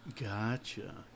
Gotcha